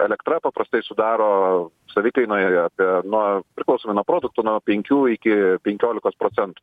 elektra paprastai sudaro savikainoje apie nuo priklausomai nuo produktų nuo penkių iki penkiolikos procentų